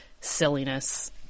silliness